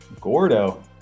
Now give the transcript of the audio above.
gordo